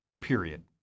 period